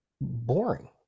boring